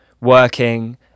working